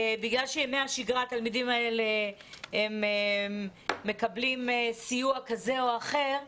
בגלל שבימי השגרה התלמידים האלה מקבלים סיוע כזה או אחר,